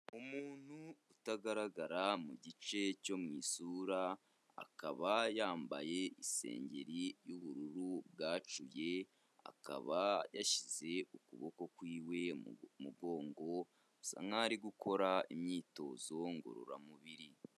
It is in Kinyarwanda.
Umuntu utagaragara mu gice cyo mu isura, akaba yambaye isengeri y'ubururu bwacuye, akaba yashyize ukuboko kw'ibuye mu mugongo asa nk'aho ari gukora imyitozo ngororamubiri.